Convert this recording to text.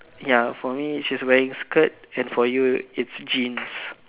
ya for me she's wearing skirt and for you it's jeans